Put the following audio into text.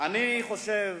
אני חושב